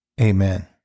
Amen